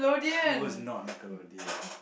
it was not nickelodeon